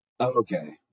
Okay